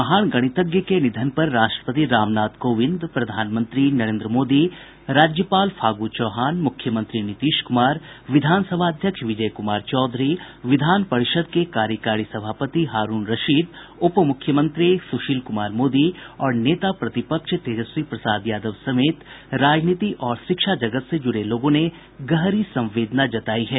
महान गणितज्ञ के निधन पर राष्ट्रपति रामनाथ कोविंद प्रधानमंत्री नरेन्द्र मोदी राज्यपाल फागू चौहान मुख्यमंत्री नीतीश कुमार विधान सभा अध्यक्ष विजय कुमार चौधरी विधान परिषद के कार्यकारी सभापति हारूण रशीद उप मुख्यमंत्री सुशील कुमार मोदी और नेता प्रतिपक्ष तेजस्वी प्रसाद यादव समेत राजनीति और शिक्षा जगत से ज़ुड़े लोगों ने गहरी संवेदना जताई है